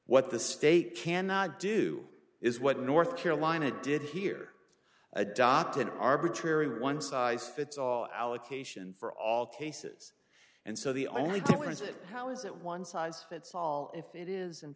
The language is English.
what the state cannot do is what north carolina did here adopt an arbitrary one size fits all allocation for all cases and so the only difference is how is it one size fits all if it is